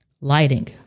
Lighting